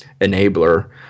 enabler